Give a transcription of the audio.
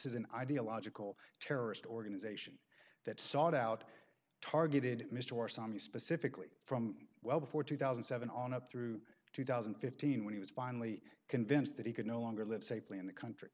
is an ideological terrorist organization that sought out targeted mr sami specifically from well before two thousand and seven on up through two thousand and fifteen when he was finally convinced that he could no longer live safely in the country